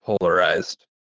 polarized